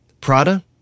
Prada